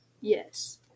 Yes